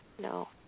No